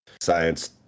science